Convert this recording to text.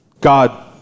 God